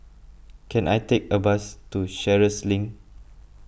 can I take a bus to Sheares Link